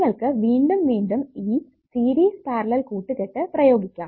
നിങ്ങൾക്ക് വീണ്ടും വീണ്ടും ഈ സീരീസ് പാരലൽ കൂട്ടുകെട്ട് പ്രയോഗിക്കാം